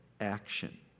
action